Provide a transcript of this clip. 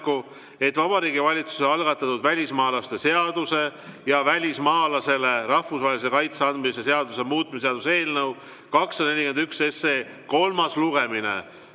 et Vabariigi Valitsuse algatatud välismaalaste seaduse ja välismaalasele rahvusvahelise kaitse andmise seaduse muutmise seaduse eelnõu 241 kolmas lugemine